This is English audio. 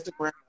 Instagram